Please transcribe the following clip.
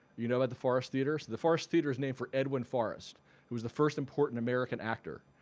you know about the forrest theatre? so the forrest theatre is named for edwin forrest who was the first important american actor.